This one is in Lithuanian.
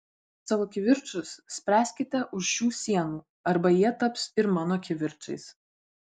savo kivirčus spręskite už šių sienų arba jie taps ir mano kivirčais